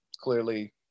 clearly